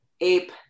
ape